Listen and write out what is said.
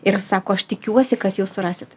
ir sako aš tikiuosi kad jūs surasit